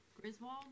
Griswold